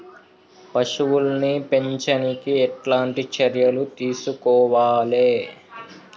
పశువుల్ని పెంచనీకి ఎట్లాంటి చర్యలు తీసుకోవాలే?